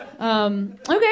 Okay